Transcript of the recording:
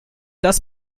das